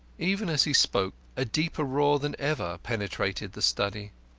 even as he spoke, a deeper roar than ever penetrated the study.